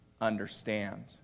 understand